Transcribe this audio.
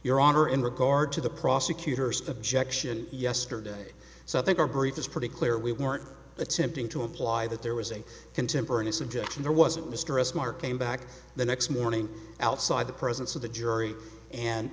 your honor in regard to the prosecutor's objection yesterday so i think our brief is pretty clear we weren't attempting to imply that there was a contemporaneous objection there wasn't mr s marking back the next morning outside the presence of the jury and